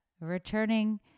returning